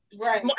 right